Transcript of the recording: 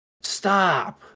Stop